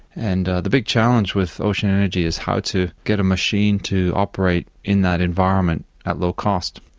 and the big challenge with ocean energy is how to get a machine to operate in that environment at low cost.